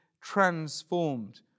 transformed